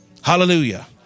Hallelujah